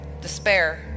despair